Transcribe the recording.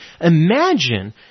imagine